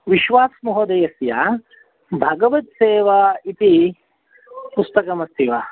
विश्वासमहोदयस्य भगवत्सेवा इति पुस्तकम् अस्ति वा